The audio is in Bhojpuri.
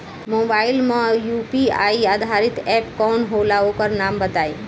मोबाइल म यू.पी.आई आधारित एप कौन होला ओकर नाम बताईं?